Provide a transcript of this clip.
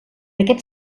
aquest